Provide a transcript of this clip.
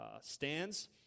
stands